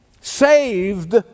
saved